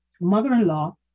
mother-in-law